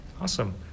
Awesome